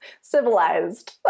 civilized